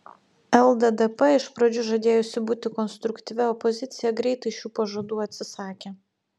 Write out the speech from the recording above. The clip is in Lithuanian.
lddp iš pradžių žadėjusi būti konstruktyvia opozicija greitai šių pažadų atsisakė